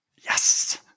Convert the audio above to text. Yes